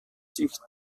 sich